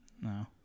No